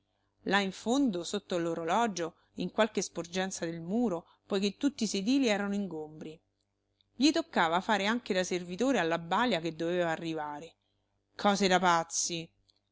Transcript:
là in fondo sotto l'orologio in qualche sporgenza del muro poiché tutti i sedili erano ingombri gli toccava fare anche da servitore alla balia che doveva arrivare cose da pazzi